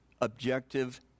objective